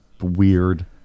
weird